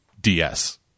DS